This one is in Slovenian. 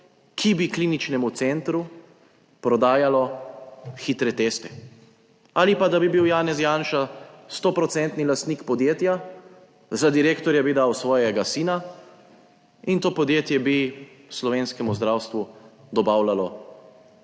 ki bi kliničnemu centru prodajalo hitre teste? Ali pa da bi bil Janez Janša stoprocentni lastnik podjetja, za direktorja bi dal svojega sina in to podjetje bi slovenskemu zdravstvu dobavljalo